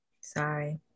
Sorry